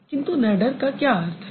किन्तु नैडर का क्या अर्थ है